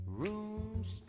rooms